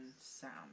sound